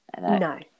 No